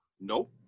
Nope